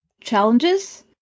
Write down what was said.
challenges